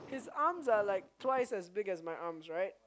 his arms are like twice as big as my arms right